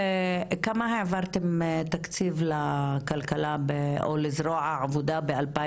כמה תקציב העברתם לזרוע העבודה ב-2021?